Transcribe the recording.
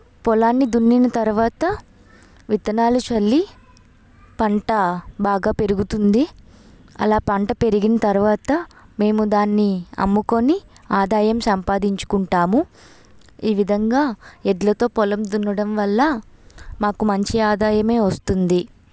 పొలాన్ని దున్నిన తరువాత విత్తనాలు చల్లి పంట బాగా పెరుగుతుంది అలా పంట పెరిగిన తరువాత మేము దాన్ని అమ్ముకొని ఆదాయం సంపాదించుకుంటాము ఈ విధంగా ఎడ్లతో పొలం దున్నడం వల్ల మాకు మంచి ఆదాయమే వస్తుంది